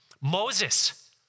Moses